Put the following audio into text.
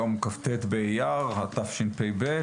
היום כ"ט באייר התשפ"ב,